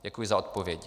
Děkuji za odpověď.